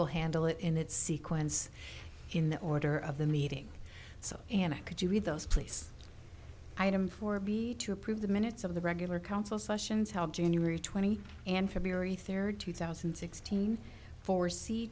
will handle it in its sequence in the order of the meeting so and i could you read those place i am for b to approve the minutes of the regular council sessions held january twenty and february third two thousand and sixteen for